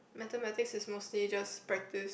Mathematics is mostly just practice